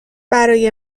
برای